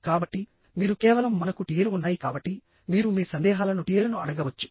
కాబట్టి మీరు కేవలం మనకు టిఏలు ఉన్నాయి కాబట్టి మీరు మీ సందేహాలను టిఏలను అడగవచ్చు